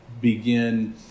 begin